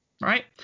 right